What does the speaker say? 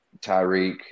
Tyreek